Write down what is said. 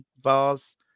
Bars